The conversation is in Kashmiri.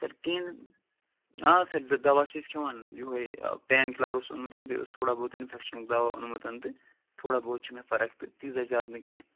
سر کِہیٖنۍ آ سر دوا چھِ أسۍ کھٮ۪وان یِہےَ پین کِلر اوس اوٚنمُت بیٚیہِ اوس تھوڑا بہت اِنفٮ۪کشنُک دوا اوٚنمُت تہٕ تھوڑا بہت چھِ مےٚ فرق تہٕ تیٖژا زیادٕ نہٕ کیٚنٛہہ